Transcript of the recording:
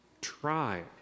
try